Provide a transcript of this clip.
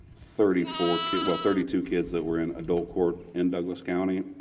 thirty four kids well, thirty two kids that were in adult court in douglas county,